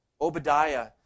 Obadiah